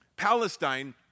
Palestine